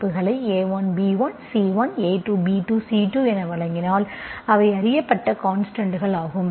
C1a2b2C2 என வழங்கினால் அவை அறியப்பட்ட கான்ஸ்டன்ட்கள் ஆகும்